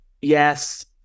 Yes